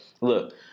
Look